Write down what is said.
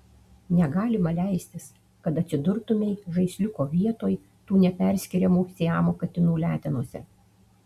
negalima leistis kad atsidurtumei žaisliuko vietoj tų neperskiriamų siamo katinų letenose